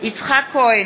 יצחק כהן,